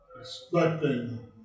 Expecting